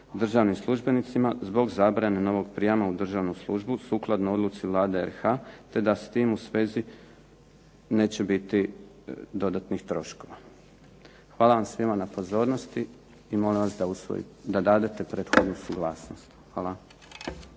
državnim službenicima zbog zabrane novog prijama u državnu službu sukladno odluci Vlade RH te da s tim u svezi neće biti dodatnih troškova. Hvala vam svima na pozornosti i molim vas da dadete prethodnu suglasnost. Hvala.